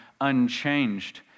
unchanged